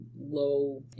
low